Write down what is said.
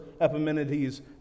Epimenides